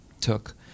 took